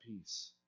peace